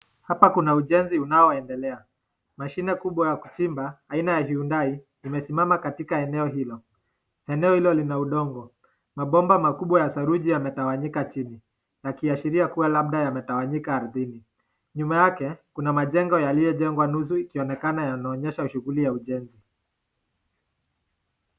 Hapa kuna ujenzi unaoendelea. Mashine kubwa ya kuchimba aina ya Hyundai imesimama katika eneo hilo. Eneo hilo lina udongo. Mabomba makubwa ya saruji yametawanyika chini kuashiria kuwa labda yametawanyika ardhini. Nyuma yake kuna majengo yaliyojengwa nusu ikionekana yanaonyesha shughuli ya ujenzi.